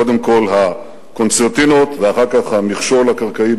קודם כול הקונצרטינות ואחר כך המכשול הקרקעי,